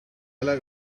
like